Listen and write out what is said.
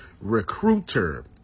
recruiter